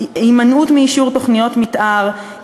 הימנעות מאישור תוכנית מתאר,